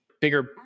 bigger